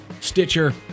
Stitcher